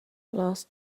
last